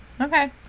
okay